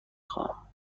خواهم